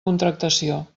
contractació